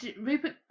Rupert